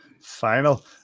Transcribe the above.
final